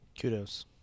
kudos